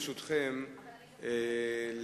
ברשותכם,